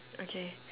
okay